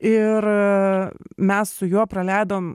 ir mes su juo praleidom